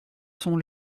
sont